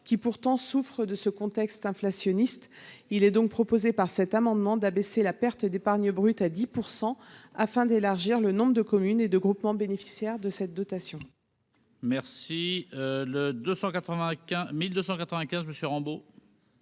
qui souffrent pourtant de ce contexte inflationniste. Il est donc proposé par cet amendement d'abaisser la perte d'épargne brute à 10 %, afin d'élargir le nombre de communes et de groupements bénéficiaires de la dotation. L'amendement n° I-1295,